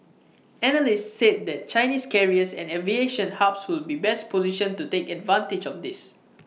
analysts said that Chinese carriers and aviation hubs would be best positioned to take advantage of this